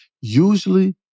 usually